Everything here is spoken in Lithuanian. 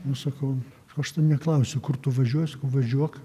nu sakau aš tai neklausiu kur tu važiuoji sakau važiuok